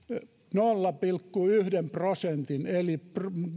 nolla pilkku yhden prosentin eli